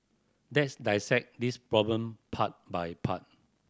let's dissect this problem part by part